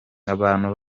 abantu